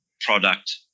product